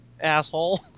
asshole